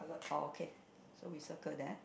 oh okay so we circle that